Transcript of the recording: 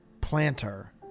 planter